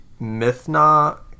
Mithna